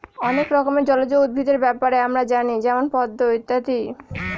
অনেক রকমের জলজ উদ্ভিদের ব্যাপারে আমরা জানি যেমন পদ্ম ইত্যাদি